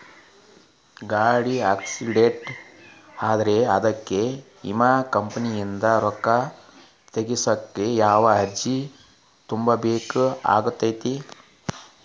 ಗಾಡಿ ಆಕ್ಸಿಡೆಂಟ್ ಆದ್ರ ಅದಕ ವಿಮಾ ಕಂಪನಿಯಿಂದ್ ರೊಕ್ಕಾ ತಗಸಾಕ್ ಯಾವ ಅರ್ಜಿ ತುಂಬೇಕ ಆಗತೈತಿ?